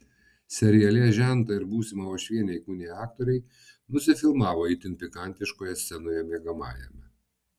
seriale žentą ir būsimą uošvienę įkūniję aktoriai nusifilmavo itin pikantiškoje scenoje miegamajame